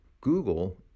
Google